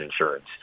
insurance